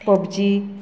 PUBG